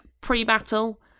pre-battle